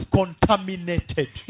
contaminated